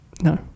No